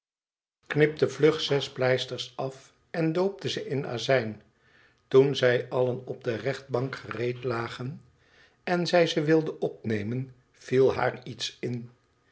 knipte vlug zes pleisters af en doopte ze in azijn toen zij allen op de rechtbank gereed lagen en zij ze wilde opnemen viel haar iets in